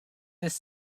this